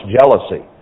jealousy